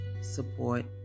support